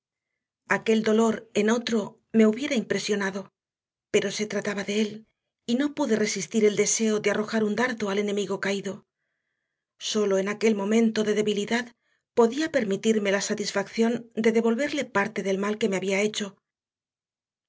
aquel dolor en otro me hubiera impresionado pero se trataba de él y no pude resistir el deseo de arrojar un dardo al enemigo caído sólo en aquel momento de debilidad podía permitirme la satisfacción de devolverle parte del mal que me había hecho